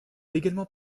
également